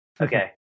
Okay